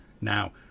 Now